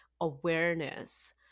awareness